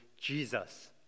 Jesus